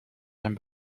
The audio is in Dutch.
zijn